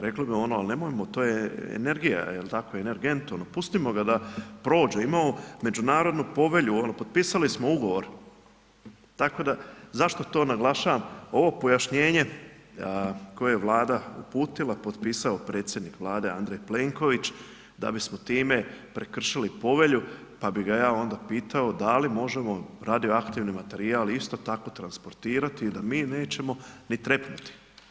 Rekli bi ono, ali nemojmo to je energija, jel tako energentom, pustimo ga da prođe, imamo međunarodnu povelju, potpisali smo ugovor, tako da, zašto to naglašavam, ovo pojašnjenje koje je vlada uputila potpisao je predsjednik Vlade Andrej Plenković, da bismo time prekršili povelju pa bi ga ja onda pitao, da li možemo radioaktivni materijal, isto tako, transplantirati i da m nećemo ni trepnuti.